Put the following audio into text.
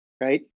right